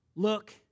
Look